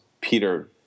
Peter